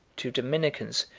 two dominicans,